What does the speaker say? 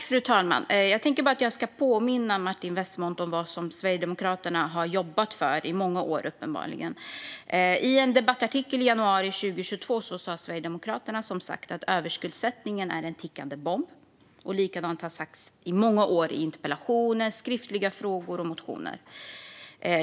Fru talman! Jag tänker bara påminna Martin Westmont om vad Sverigedemokraterna uppenbarligen har jobbat för i många år. I en debattartikel i januari 2022 sa Sverigedemokraterna som sagt att överskuldsättningen är en tickande bomb. Samma sak har man sagt i många år i interpellationer, skriftliga frågor och motioner.